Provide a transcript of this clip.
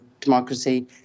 democracy